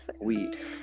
weed